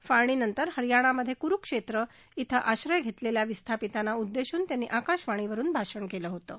फाळणीनंतर हरयाणामधे कुरुक्षेत्र खें आश्रय घेतलेल्या विस्थापितांना उद्देशून त्यांनी आकाशवाणीवरुन भाषण केलं होतं